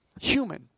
human